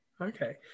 Okay